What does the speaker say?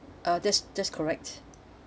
uh that's that's correct